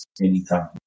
anytime